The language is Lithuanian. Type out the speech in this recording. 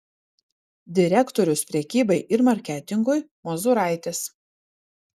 direktorius prekybai ir marketingui mozuraitis